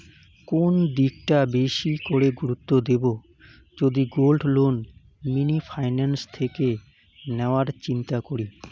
কোন দিকটা বেশি করে গুরুত্ব দেব যদি গোল্ড লোন মিনি ফাইন্যান্স থেকে নেওয়ার চিন্তা করি?